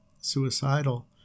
suicidal